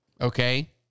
Okay